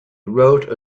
wrote